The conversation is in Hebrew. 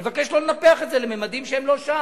אני מבקש לא לנפח את זה לממדים שזה לא שם.